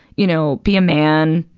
you know, be a man,